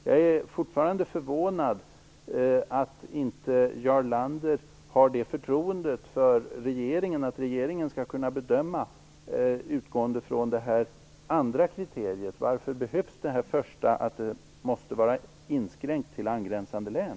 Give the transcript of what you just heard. Jag är fortfarande förvånad över att inte Jarl Lander har det förtroendet för regeringen att regeringen skulle kunna göra en bedömning med utgångspunkt i det andra kriteriet. Varför behövs det första kriteriet som anger att verksamheten måste vara inskränkt till angränsande län.